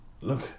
Look